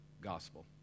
gospel